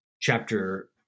chapter